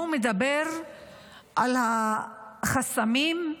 הוא מדבר על החסמים,